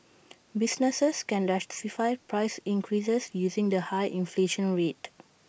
businesses can justify price increases using the high inflation rate